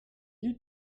you